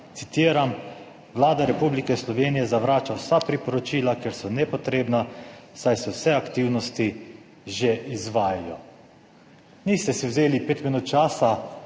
citiram: »Vlada Republike Slovenije zavrača vsa priporočila, ker so nepotrebna, saj se vse aktivnosti že izvajajo.« Niste si vzeli pet minut časa